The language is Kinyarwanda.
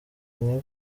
kenya